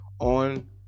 on